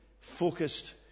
focused